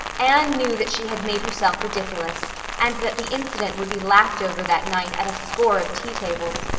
anne knew that she had made herself ridiculous and that the incident would be laughed over that night at a score of tea-tables,